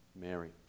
Mary